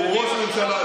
שהוא ראש ממשלה,